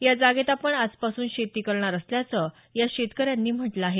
या जागेत आपण आजपासून शेती करणार असल्याचं या शेतकऱ्यांनी म्हटलं आहे